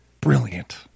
brilliant